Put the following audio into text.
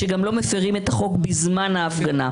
שגם לא מפרים את החוק בזמן ההפגנה.